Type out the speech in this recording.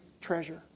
treasure